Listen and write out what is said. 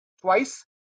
twice